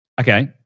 Okay